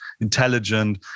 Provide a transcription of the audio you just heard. intelligent